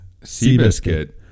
Seabiscuit